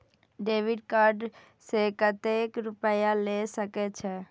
Debit card से कतेक रूपया ले सके छै?